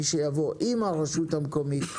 מי שיבוא עם הרשות המקומית,